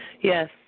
Yes